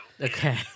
okay